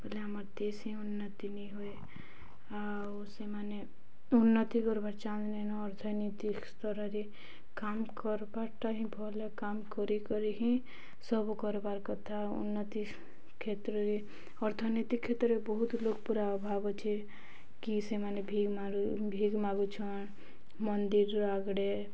ବୋଇଲେ ଆମର୍ ଦେଶ ହିଁ ଉନ୍ନତି ନି ହୁଏ ଆଉ ସେମାନେ ଉନ୍ନତି କରବାର ଚାନ୍ସ୍ ନାଇଁନ ଅର୍ଥନୀତିକ ସ୍ତରରେ କାମ୍ କରବାରଟା ହିଁ ଭଲ କାମ କରି କରି ହିଁ ସବୁ କରବାର୍ କଥା ଉନ୍ନତି କ୍ଷେତ୍ରରେ ଅର୍ଥନୀତି କ୍ଷେତ୍ରରେ ବହୁତ ଲୋକ ପୁରା ଅଭାବ ଅଛେ କି ସେମାନେ ଭିକ୍ ମାରୁ ଭିକ୍ ମାଗୁଛନ୍ ମନ୍ଦିରର ଆଗଡ଼େ